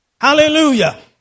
Hallelujah